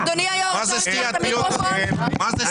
מה זאת סתימת הפיות הזאת?